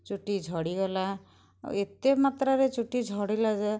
ଚୁଟି ଝଡ଼ିଗଲା ଆଉ ଏତେ ମାତ୍ରାରେ ଚୁଟି ଝଡ଼ିଲା ଯେ